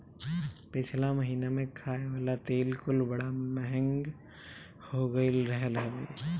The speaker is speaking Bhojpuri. पिछला महिना में खाए वाला तेल कुल बड़ा महंग हो गईल रहल हवे